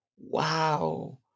Wow